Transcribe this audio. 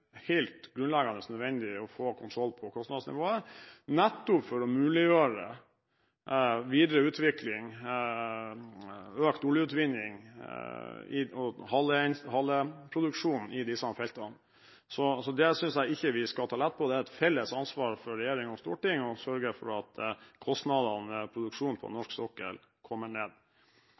helt grunnleggende nødvendig å få kontroll på kostnadsnivået, nettopp for å muliggjøre videre utvikling, økt oljeutvinning og haleproduksjon i disse feltene. Så det synes jeg ikke vi skal ta lett på. Det er et felles ansvar for regjering og storting å sørge for at kostnadene ved produksjon på norsk sokkel kommer ned.